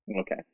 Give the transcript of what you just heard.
Okay